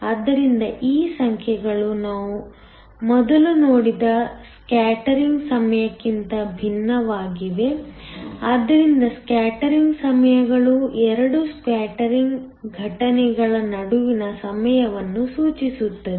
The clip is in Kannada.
ಆದ್ದರಿಂದ ಈ ಸಂಖ್ಯೆಗಳು ನಾವು ಮೊದಲು ನೋಡಿದ ಸ್ಕ್ಯಾಟರಿಂಗ್ ಸಮಯಕ್ಕಿಂತ ಭಿನ್ನವಾಗಿವೆ ಆದ್ದರಿಂದ ಸ್ಕ್ಯಾಟರಿಂಗ್ ಸಮಯಗಳು 2 ಸ್ಕ್ಯಾಟರಿಂಗ್ ಘಟನೆಗಳ ನಡುವಿನ ಸಮಯವನ್ನು ಸೂಚಿಸುತ್ತದೆ